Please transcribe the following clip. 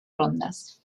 rondas